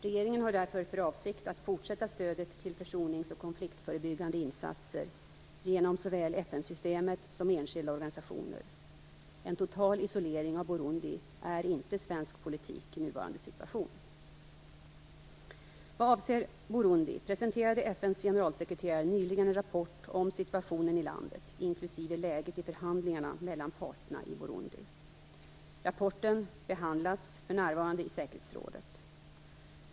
Regeringen har därför för avsikt att fortsätta stödet till försonings och konfliktförebyggande insatser genom såväl FN-systemet som enskilda organisationer. En total isolering av Burundi är inte svensk politik i nuvarande situation. Vad avser Burundi presenterade FN:s generalsekreterare nyligen en rapport om situationen i landet, inklusive läget i förhandlingarna mellan parterna i Burundi. Rapporten behandlas för närvarande i säkerhetsrådet.